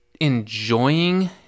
enjoying